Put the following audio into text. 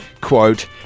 Quote